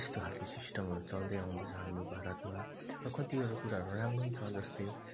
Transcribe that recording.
त्यस्तो खाले सिस्टमहरू चल्दै आउँदैछ हाम्रो भारतमा र कतिवटा कुराहरू राम्रो छ जस्तै